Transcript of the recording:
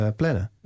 plannen